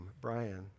Brian